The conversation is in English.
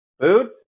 food